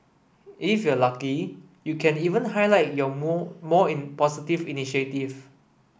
if you are lucky you can even highlight your more more initiative